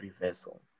reversal